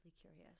curious